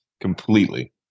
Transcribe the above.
completely